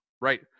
Right